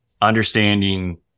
Understanding